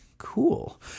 cool